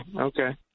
okay